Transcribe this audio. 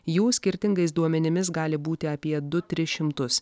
jų skirtingais duomenimis gali būti apie du tris šimtus